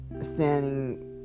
standing